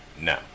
no